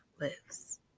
lives